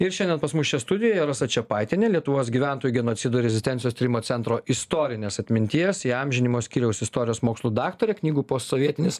ir šiandien pas mus čia studijoje rasa čepaitienė lietuvos gyventojų genocido ir rezistencijos tyrimo centro istorinės atminties įamžinimo skyriaus istorijos mokslų daktarė knygų posovietinis